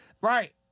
Right